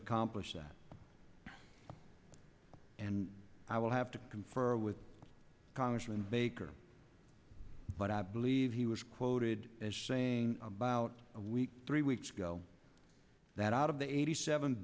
accomplish that and i will have to confer with congressman baker but i believe he was quoted as saying about a week three weeks ago that out of the eighty seven